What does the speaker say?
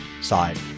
side